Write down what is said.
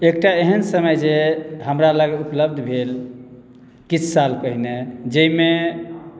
एकटा एहन समय जे हमरा लग उपलब्ध भेल किछु साल पहिने जाहिमे